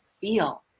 feel